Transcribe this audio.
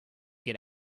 get